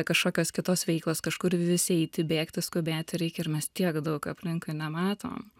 kažkokios kitos veiklos kažkur vis eiti bėgti skubėti reikia ir mes tiek daug aplinkui nematom